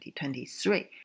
2023